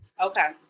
Okay